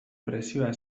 presioa